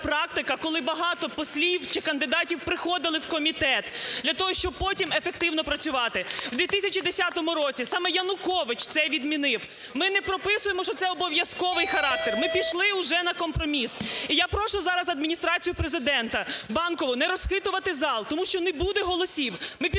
коли багато послів чи кандидатів приходили в комітет для того, щоб потім ефективно працювати. У 2010 році саме Янукович це відмінив. Ми не прописуємо, що це обов'язковий характер, ми пішли вже на компроміс. І я прошу зараз Адміністрацію Президента, Банкову не розхитувати зал, тому що не буде голосів.